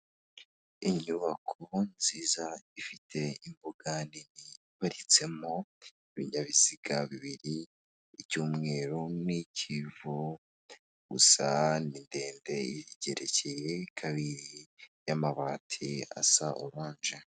Inyubako nziza ifite imbuga nini iparitsemo ibinyabiziga bibiri icy'umweru n'ik'ivu gusa ni ndende igerekeye kabiri y'amabati asa oranje.